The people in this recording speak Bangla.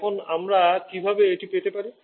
এখন আমরা কীভাবে এটি পেতে পারি